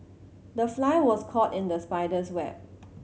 the fly was caught in the spider's web